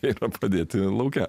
jie yra padėti lauke